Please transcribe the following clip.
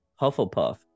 Hufflepuff